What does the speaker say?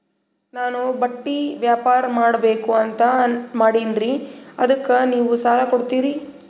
ನಾನು ಬಟ್ಟಿ ವ್ಯಾಪಾರ್ ಮಾಡಬಕು ಅಂತ ಮಾಡಿನ್ರಿ ಅದಕ್ಕ ನೀವು ಸಾಲ ಕೊಡ್ತೀರಿ?